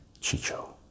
Chicho